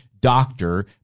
doctor